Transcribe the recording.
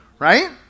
Right